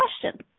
question